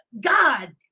God